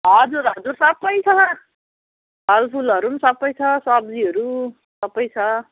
हजुर हजुर सबै छ फलफुहरू पनि सबै छ सब्जीहरू सबै छ